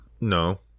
No